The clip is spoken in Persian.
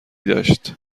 داشت